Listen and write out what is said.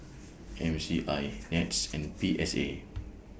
M C I Nets and P S A